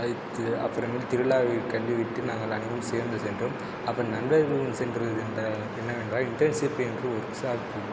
அது தி அப்புறமேலு திருவிழாவை கண்டு விட்டு நாங்கள் அனைவரும் சேர்ந்து சென்றோம் அப்புறம் நண்பர்களுடன் சென்றுகின்ற என்னவென்றால் இன்டேர்ன்ஷிப் என்று வொர்க் ஷாப்பு